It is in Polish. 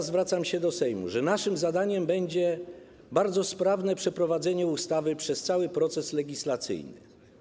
Zwracam się teraz do Sejmu: naszym zadaniem będzie bardzo sprawne przeprowadzenie ustawy przez cały proces legislacyjny.